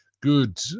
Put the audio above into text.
good